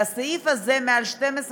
לסעיף הזה, מעל 12 שנה,